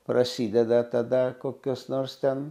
prasideda tada kokios nors ten